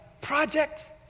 Projects